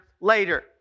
later